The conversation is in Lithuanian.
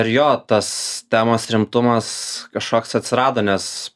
ir jo tas temos rimtumas kažkoks atsirado nes